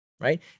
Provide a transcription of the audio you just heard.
right